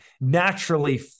naturally